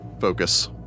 Focus